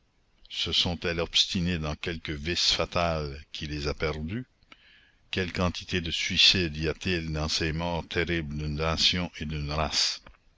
se sont-elles obstinées dans quelque vice fatal qui les a perdues quelle quantité de suicide y a-t-il dans ces morts terribles d'une nation et d'une race